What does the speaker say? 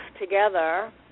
together